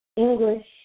English